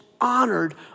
honored